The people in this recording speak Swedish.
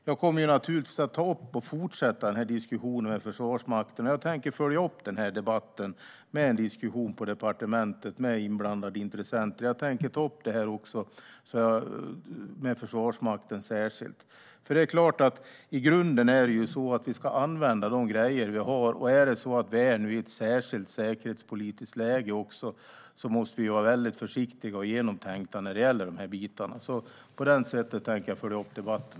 Jag kommer naturligtvis att ta upp och fortsätta den här diskussionen med Försvarsmakten, och jag tänker följa upp den här debatten med en diskussion på departementet med inblandade intressenter. Jag tänker också särskilt ta upp det här med Försvarsmakten. I grunden är det ju så att vi ska använda de grejer vi har, och är vi nu i ett särskilt säkerhetspolitiskt läge måste vi vara försiktiga och tänka igenom de här bitarna. På det sättet tänker jag följa upp debatten.